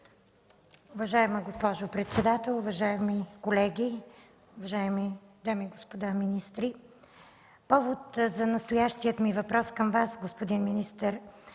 Уважаема госпожо председател, уважаеми колеги, уважаеми дами и господа министри! Повод за настоящия ми въпрос към Вас, господин министър,